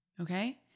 Okay